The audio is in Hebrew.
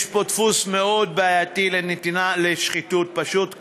יש פה דפוס מאוד בעייתי, לשחיתות, פשוט כך,